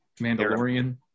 Mandalorian